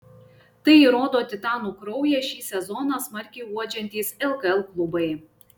tai įrodo titanų kraują šį sezoną smarkiai uodžiantys lkl klubai